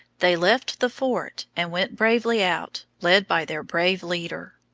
they left the fort and went bravely out, led by their brave leader.